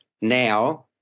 now